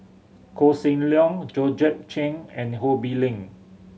Koh Seng Leong Georgette Chen and Ho Bee Ling